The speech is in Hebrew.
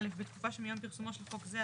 (א) בתקופה שמיום פרסומו של חוק זה,